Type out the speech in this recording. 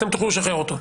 אתם תוכלו לשחרר אותו.